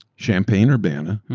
champaign urbana,